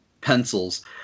pencils